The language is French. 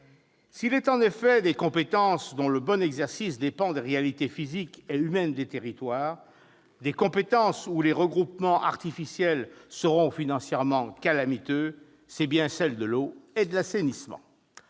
S'il est en effet des compétences dont le bon exercice dépend des réalités physiques et humaines des territoires, des compétences pour lesquelles les regroupements artificiels seront financièrement calamiteux, ce sont bien celles de l'eau et de l'assainissement.